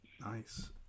nice